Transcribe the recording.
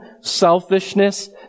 Selfishness